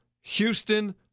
Houston